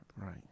Right